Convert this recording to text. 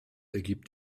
ergibt